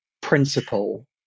principle